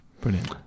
Brilliant